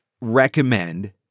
recommend